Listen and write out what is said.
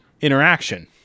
interaction